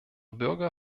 bürger